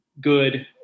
good